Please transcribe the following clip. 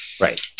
right